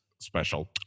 special